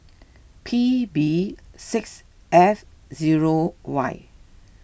P B six F zero Y